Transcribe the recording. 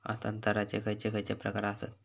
हस्तांतराचे खयचे खयचे प्रकार आसत?